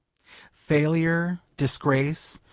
failure, disgrace,